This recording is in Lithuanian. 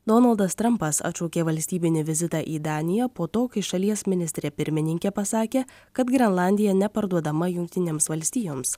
donaldas trampas atšaukė valstybinį vizitą į daniją po to kai šalies ministrė pirmininkė pasakė kad grenlandija neparduodama jungtinėms valstijoms